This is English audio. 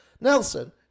Nelson